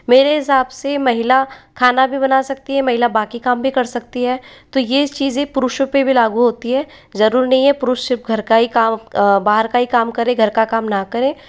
मेरे हिसाब से महिला खाना भी बना सकती है महिला बाकी काम भी कर सकती है तो यह चीज़ें पुरुषों पे भी लागू होती है जरूरी नहीं है पुरुष सिर्फ़ घर का ही काम बाहर का ही काम करें घर का काम ना करें